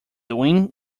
doing